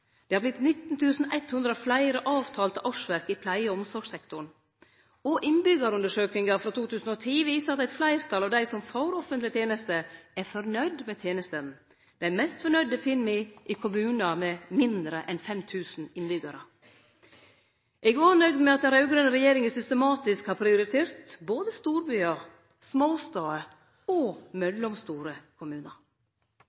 Det har vorte 19 100 fleire avtalte årsverk i pleie- og omsorgssektoren. Innbyggjarundersøkinga frå 2010 viser at eit fleirtal av dei som får offentlege tenester, er nøgde med tenestene. Dei mest nøgde finn me i kommunar med mindre enn 5 000 innbyggjarar. Eg er òg nøgd med at den raud-grøne regjeringa systematisk har prioritert både storbyar, småstader og